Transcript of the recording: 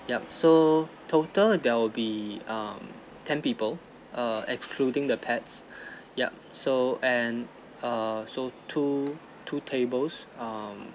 yup so total there will be um ten people err excluding the pets yup so and err so two two tables um